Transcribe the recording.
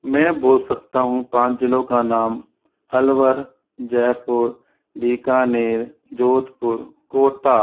मैं बोल सकता हूँ पाँच ज़िलों का नाम अलवर जयपुर बीकानेर जोधपुर कोटा